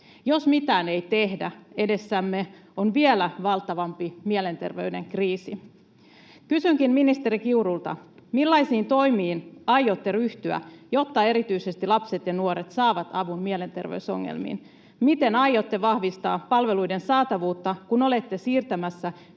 Jos mitään ei tehdä, edessämme on vielä valtavampi mielenterveyden kriisi. Kysynkin ministeri Kiurulta: Millaisiin toimiin aiotte ryhtyä, jotta erityisesti lapset ja nuoret saavat avun mielenterveysongelmiin? Miten aiotte vahvistaa palveluiden saatavuutta, kun olette siirtämässä